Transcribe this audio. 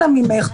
אנא ממך,